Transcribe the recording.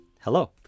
hello